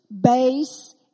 base